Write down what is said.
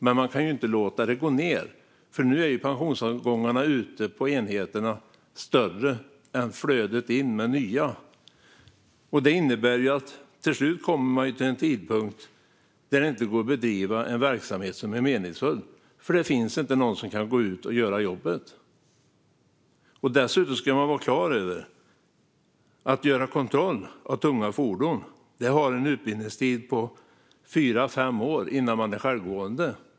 Men man kan ju inte låta antalet kontrollanter minska, för nu är pensionsavgångarna ute på enheterna större än flödet in med nya. Det innebär att man till slut kommer till en tidpunkt då det inte går att bedriva en verksamhet som är meningsfull, för det finns inte någon som kan gå ut och göra jobbet. Dessutom ska vi vara klara över att kontroll av tunga fordon kräver en utbildningstid på fyra fem år innan man är självgående.